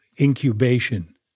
incubation